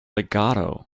legato